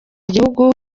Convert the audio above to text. igihugu